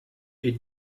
est